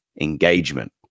engagement